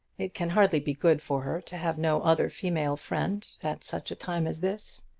it can hardly be good for her to have no other female friend at such a time as this.